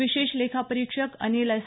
विशेष लेखापरिक्षक अनिल एस